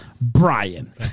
Brian